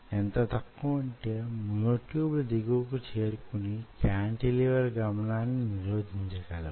ఎంత తక్కువంటే మ్యో ట్యూబ్స్ దిగువకు చేరుకుని కాంటిలివర్ గమనాన్ని నిరోధించగలవు